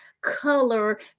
color